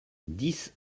dix